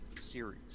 series